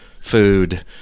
food